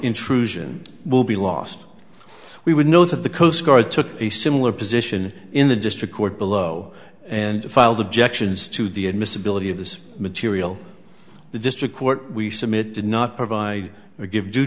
intrusion will be lost we would know that the coast guard took a similar position in the district court below and filed objections to the admissibility of this material the district court we submit did not provide or give d